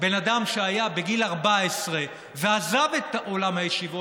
בן אדם שהיה בגיל 14 ועזב את עולם הישיבות,